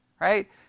right